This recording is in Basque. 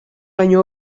baino